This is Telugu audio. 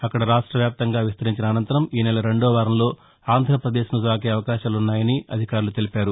అక్కడ రాష్టవ్యాప్తంగా విస్తరించిన అనంతరం ఈ నెల రెండో వారంలో ఆంధ్రపదేశ్ను తాకే అవకాశాలున్నాయని అధికారులు తెలిపారు